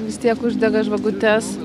vis tiek uždega žvakutes